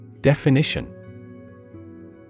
Definition